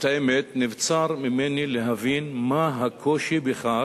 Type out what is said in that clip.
את האמת, נבצר ממני להבין מה הקושי בכך.